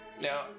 Now